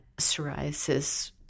psoriasis